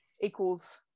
equals